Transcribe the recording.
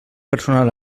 personal